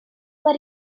but